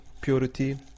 purity